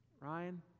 Ryan